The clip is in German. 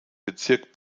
bezirk